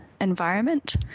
environment